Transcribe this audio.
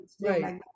right